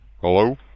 Hello